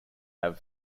have